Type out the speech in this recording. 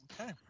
Okay